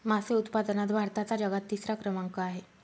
मासे उत्पादनात भारताचा जगात तिसरा क्रमांक आहे